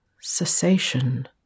cessation